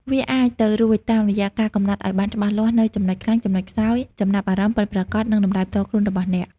វាអាចទៅរួចតាមរយៈការកំណត់ឱ្យបានច្បាស់លាស់នូវចំណុចខ្លាំង ចំណុចខ្សោយ ចំណាប់អារម្មណ៍ ពិតប្រាកដ និងតម្លៃផ្ទាល់ខ្លួនរបស់អ្នក។